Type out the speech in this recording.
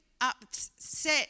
upset